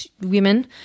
women